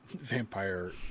vampire